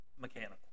Mechanical